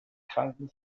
kranken